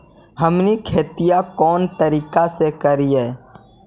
हमनी खेतीया कोन तरीका से करीय?